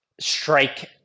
strike